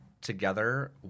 together